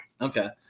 Okay